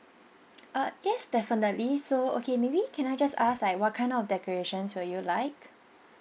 uh yes definitely so okay maybe can I just ask like what kind of decorations would you like